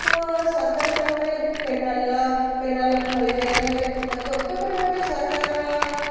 ତ ସରକାର କ'ଣ କରେ କେନାଲ୍ କେନାଲ୍ ଖୋଳିବେ ନହେଲେ କିପରି ଭାବେ ସରକାର